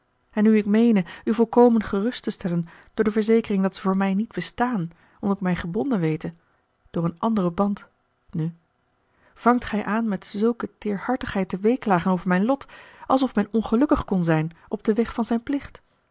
en nu ik meene u volkomen gerust te stellen door de verzekering dat ze voor mij niet bestaan omdat ik mij gebonden wete door een anderen band nu vangt gij aan met zulke teêrhartigheid te weeklagen over mijn lot alsof men ongelukkig kon zijn op den weg van zijn plicht